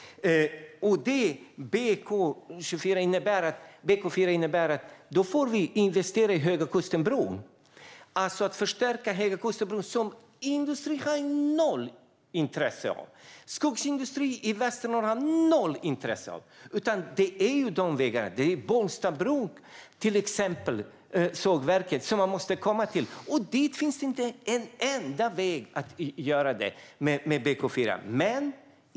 Skogsindustrin i Västernorrland har noll intresse av den. Det är till exempel sågverket i Bollstabruk som man måste komma till. Och det finns inte en enda väg att göra det på med BK4.